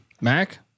Mac